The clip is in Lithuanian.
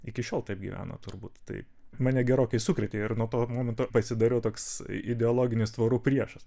iki šiol taip gyvena turbūt tai mane gerokai sukrėtė ir nuo to momento pasidariau toks ideologinis tvorų priešas